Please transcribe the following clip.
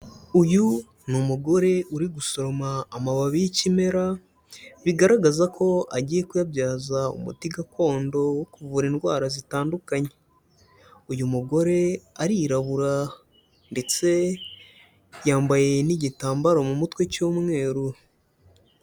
Uyu ni umugore uri gusoroma amababi y'ikimera, bigaragaza ko agiye kuyabyaza umuti gakondo wo kuvura indwara zitandukanye, uyu mugore arirabura ndetse yambaye n'igitambaro mu mutwe cy'umweru.